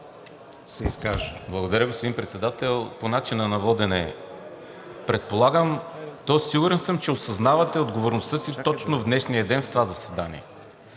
Благодаря, господин Председател. По начина на водене. Предполагам, тоест сигурен съм, че осъзнавате отговорността си точно в днешния ден в това заседание,